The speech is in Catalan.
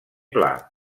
pla